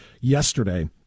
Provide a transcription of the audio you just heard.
yesterday